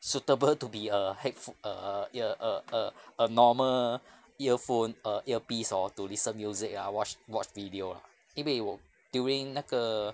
suitable to be a headph~ err ear~ err err a normal earphone err earpiece hor to listen music ah watch watch video lah 因为我 during 那个